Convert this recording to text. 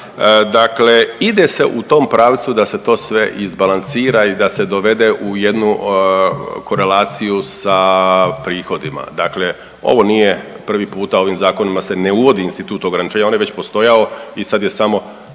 Dakle, ide se u tom pravcu da se to sve izbalansira i da se dovede u jednu korelaciju sa prihodima. Dakle, ovo nije prvi puta, ovim zakonima se ne uvodi institut ograničenja on je već postojao i sad je samo,